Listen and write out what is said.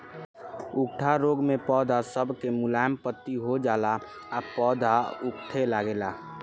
उकठा रोग मे पौध सब के मुलायम पत्ती हो जाला आ पौधा उकठे लागेला